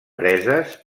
preses